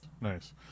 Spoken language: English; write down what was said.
Nice